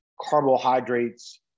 carbohydrates